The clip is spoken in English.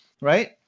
right